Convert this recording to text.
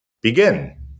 begin